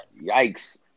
Yikes